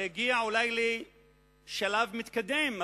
זה אולי יגיע לשלב מתקדם,